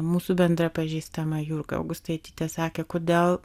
mūsų bendra pažįstama jurga augustaitytėsakė kodėl